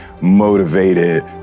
motivated